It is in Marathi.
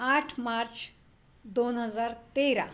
आठ मार्च दोन हजार तेरा